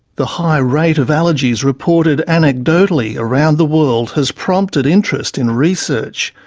the high rate of allergies reported anecdotally around the world has prompted interest in research.